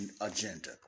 agenda